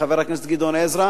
חבר הכנסת גדעון עזרא.